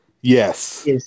yes